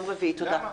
תודה.